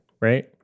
right